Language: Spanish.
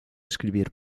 escribir